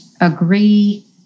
agree